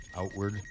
outward